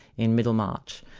in middlemarch,